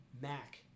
Mac